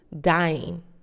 dying